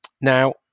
Now